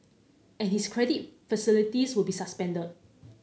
and his credit facilities will be suspended